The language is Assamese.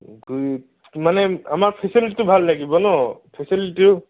দুই মানে আমাক ফেচেলিটিটো ভাল লাগিব ন ফেচেলিটিও